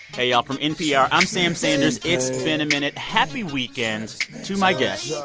hey, y'all. from npr, i'm sam sanders. it's been a minute. happy weekend to my guests,